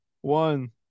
One